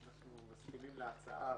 אנחנו מסכימים להצעה.